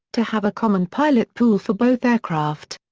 to have a common pilot pool for both aircraft.